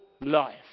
life